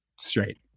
Straight